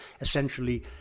essentially